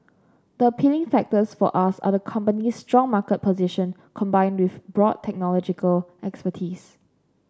the appealing factors for us are the company's strong market position combined with broad technological expertise